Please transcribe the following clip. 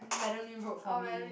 Madam Lim wrote for me